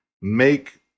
make